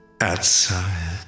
outside